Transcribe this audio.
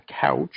couch